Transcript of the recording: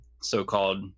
so-called